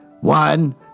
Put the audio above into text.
One